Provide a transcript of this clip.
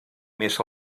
més